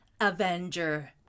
Avenger